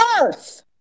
earth